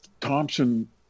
Thompson